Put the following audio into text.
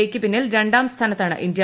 E യ്ക്ക് പിന്നിൽ രണ്ടാം സ്ഥാനത്താണ് ഇന്ത്യ